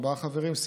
ארבעה חברים,